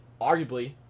arguably